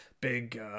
big